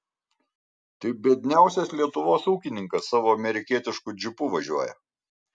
tai biedniausias lietuvos ūkininkas savo amerikietišku džipu važiuoja